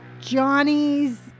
Johnny's